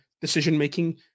decision-making